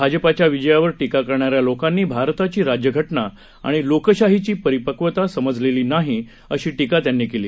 भाजपाच्या विजयावर टीका करणाऱ्या लोकांना भारताची राज्यघटना आणि लोकशाहीची परिपक्वता समजलेली नाही अशी टीका त्यांनी केली